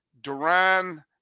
Duran